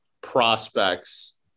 prospects